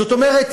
זאת אומרת,